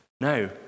no